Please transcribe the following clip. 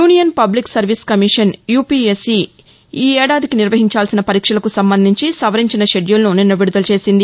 union public service commission UPSC ఈ ఏడాది నిర్వహించాల్సిన పరీక్షలకు సంబంధించి సవరించిన షెడ్యూల్ను నిన్న విడుదల చేసింది